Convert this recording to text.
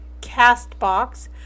CastBox